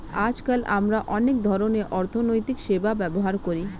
আজকাল আমরা অনেক ধরনের অর্থনৈতিক সেবা ব্যবহার করি